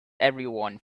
everyone